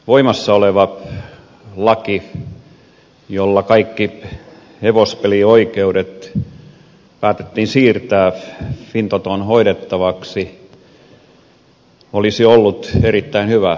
voimassa oleva laki jolla kaikki hevospelioikeudet päätettiin siirtää fintoton hoidettavaksi olisi ollut erittäin hyvä